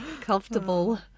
comfortable